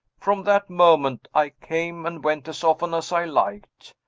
from that moment i came and went as often as i liked.